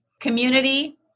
community